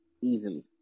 easily